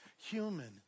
human